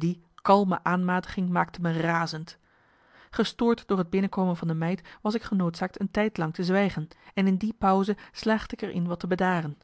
die kalme aanmatiging maakte me razend gestoord door het binnenkomen van de meid was ik genoodzaakt een tijd lang te zwijgen en in die pauze slaagde ik er in wat te bedaren